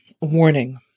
warning